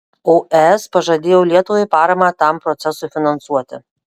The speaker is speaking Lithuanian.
o es pažadėjo lietuvai paramą tam procesui finansuoti